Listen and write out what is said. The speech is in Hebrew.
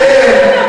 אתם,